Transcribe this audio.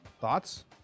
Thoughts